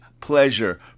pleasure